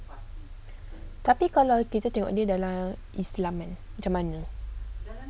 tapi kalau kita tengok dalam islam kan macam mana